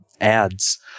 ads